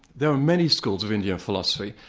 there are many schools of indian philosophy,